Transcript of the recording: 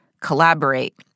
collaborate